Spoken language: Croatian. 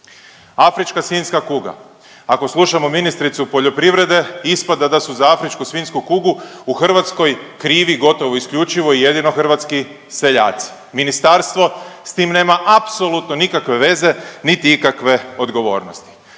Afrička svinjska kuga, ako slušamo ministricu poljoprivrede ispada da su za afričku svinjsku kugu u Hrvatskoj krivi gotovo i isključivo i jedino hrvatski seljaci, ministarstvo s tim nema apsolutno nikakve veze, niti ikakve odgovornosti.